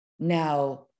Now